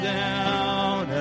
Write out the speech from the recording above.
down